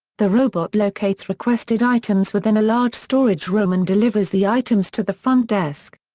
the robot locates requested items within a large storage room and delivers the items to the front desk.